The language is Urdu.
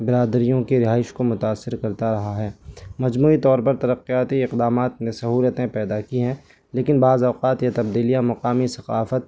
برادریوں کی رہائش کو متاثر کرتا رہا ہے مجموعی طور پر ترقیاتی اقدامات نے سہولتیں پیدا کی ہیں لیکن بعض اوقات یہ تبدیلیاں مقامی ثقافت